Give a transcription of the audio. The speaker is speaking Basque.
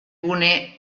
gune